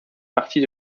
partie